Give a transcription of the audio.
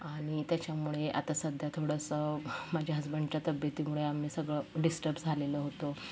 आणि त्याच्यामुळे आता सध्या थोडंसं माझ्या हजबंडच्या तब्येतीमुळे आम्ही सगळं डिस्टब झालेलो होतो